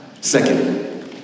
Second